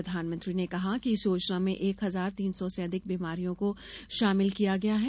प्रधानमंत्री ने कहा कि इस योजना में एक हजार तीन सौ से अधिक बीमारियों को शामिल किया गया है